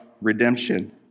redemption